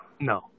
no